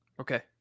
Okay